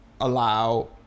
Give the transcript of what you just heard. allow